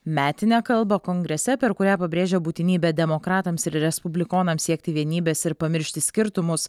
metinę kalbą kongrese per kurią pabrėžia būtinybę demokratams ir respublikonams siekti vienybės ir pamiršti skirtumus